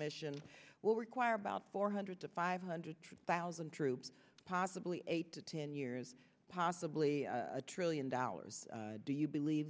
mission will require about four hundred to five hundred thousand troops possibly eight to ten years possibly a trillion dollars do you believe